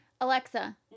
Alexa